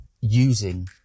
using